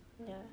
ya